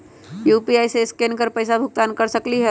UPI से scan कर पईसा भुगतान कर सकलीहल?